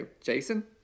Jason